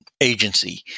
agency